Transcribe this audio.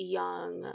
young